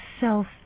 self